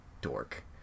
dork